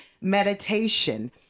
meditation